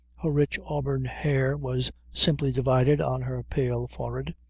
her rich auburn hair was simply divided on her pale forehead,